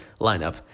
lineup